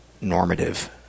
normative